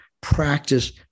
practice